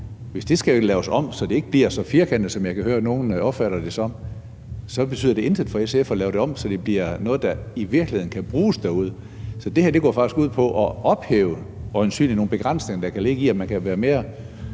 hvis det her forslag skal laves om, så det ikke bliver så firkantet, som jeg kan høre nogle opfatter det som, så betyder det intet for SF at lave det om, så det bliver noget, der i virkeligheden kan bruges derude. Det her går faktisk ud på at ophæve nogle begrænsninger, der øjensynlig kan være for, at man kan være mere